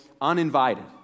uninvited